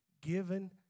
given